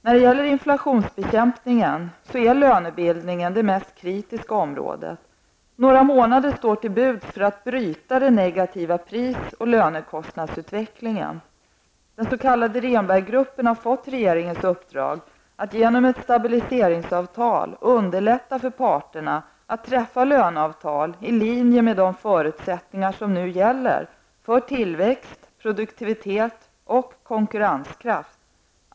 När det gäller inflationsbekämpningen är lönebildningen det mest kritiska området. Några månader står till buds för att bryta den negativa pris och lönekostnadsutvecklingen. Den s.k. Rehnberg-gruppen har fått regeringens uppdrag att genom ett stabiliseringsavtal underlätta för parterna att träffa löneavtal i linje med de förutsättningar som nu gäller för tillväxt, produktivitet och konkurrenskraft.